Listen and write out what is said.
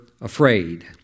afraid